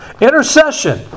Intercession